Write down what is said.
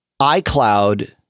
iCloud